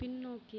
பின்னோக்கி